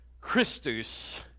Christus